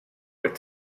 would